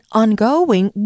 ongoing